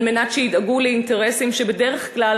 על מנת שידאגו לאינטרסים שבדרך כלל